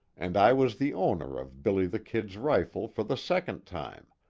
and i was the owner of billy the kid's rifle for the second time,